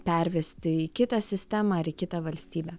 pervesti į kitą sistemą ar į kitą valstybę